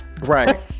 Right